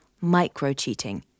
micro-cheating